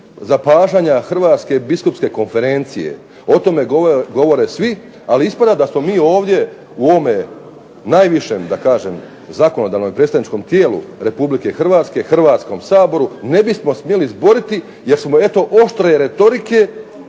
zapažanja Hrvatske biskupske konferencije, o tome govore svi. Ali ispada da smo mi ovdje u ovome najvišem da kažem zakonodavnom i predstavničkom tijelu Republike Hrvatske Hrvatskom saboru ne bismo smjeli zboriti, jer smo eto oštre retorike